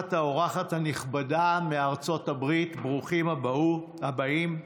המשלחת האורחת הנכבדה מארצות הברית, ברוכים הבאים.